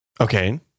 okay